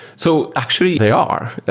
so actually, they are.